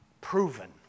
proven